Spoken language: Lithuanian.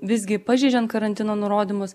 visgi pažeidžiant karantino nurodymus